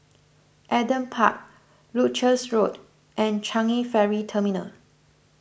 Adam Park Leuchars Road and Changi Ferry Terminal